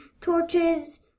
torches